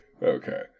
okay